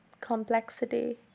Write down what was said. complexity